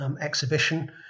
exhibition